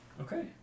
Okay